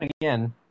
again